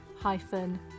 hyphen